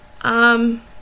um